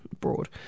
broad